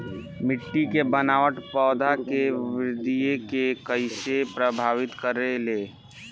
मिट्टी के बनावट पौधन के वृद्धि के कइसे प्रभावित करे ले?